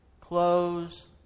close